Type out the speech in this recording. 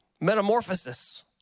Metamorphosis